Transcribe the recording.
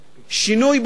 שינוי בחינוך.